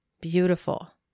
Beautiful